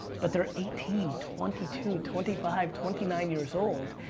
but they're eighteen, twenty two, twenty five, twenty nine years old.